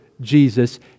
Jesus